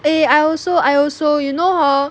eh I also I also you know hor